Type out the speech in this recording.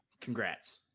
Congrats